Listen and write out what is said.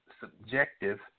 subjective